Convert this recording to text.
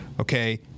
Okay